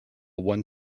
one